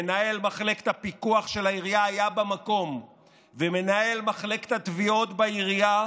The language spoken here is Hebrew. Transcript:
מנהל מחלקת הפיקוח של העירייה היה במקום ומנהל מחלקת התביעות בעירייה,